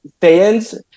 fans